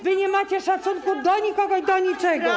Wy nie macie szacunku do nikogo i do niczego.